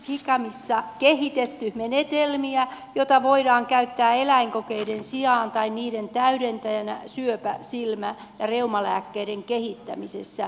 ficamissa on kehitetty menetelmä jota voidaan käyttää eläinkokeiden sijaan tai niiden täydentäjänä syöpä silmä ja reumalääkkeiden kehittämisessä